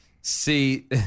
See